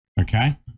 okay